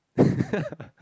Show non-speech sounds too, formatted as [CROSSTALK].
[LAUGHS]